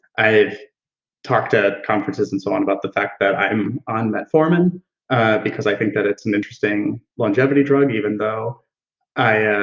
i've talked at conferences and so on about the fact that i'm on metformin because i think that it's an interesting longevity drug, even though i,